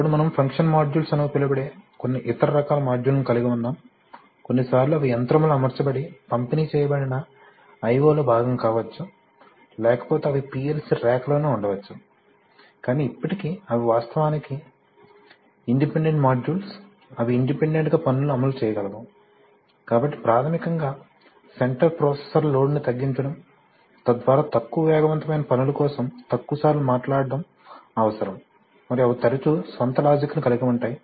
ఇప్పుడు మనము function modules అని పిలువబడే కొన్ని ఇతర రకాల మాడ్యూళ్ళను కలిగి ఉన్నాము కొన్నిసార్లు అవి యంత్రంలో అమర్చబడి పంపిణీ చేయబడిన I O లో భాగం కావచ్చు లేకపోతే అవి PLC ర్యాక్లోనే ఉండవచ్చు కానీ ఇప్పటికీ అవి వాస్తవానికి ఇండిపెండెంట్ మాడ్యూల్స్ ఇవి ఇండిపెండెంట్ గా పనులను అమలు చేయగలవు కాబట్టి ప్రాథమికంగా సెంటర్ ప్రొసెసర్ లోడ్ను తగ్గించడం తద్వారా తక్కువ వేగవంతమైన పనుల కోసం తక్కువసార్లు మాట్లాడటం అవసరం మరియు అవి తరచూ స్వంత లాజిక్ ని కలిగి ఉంటాయి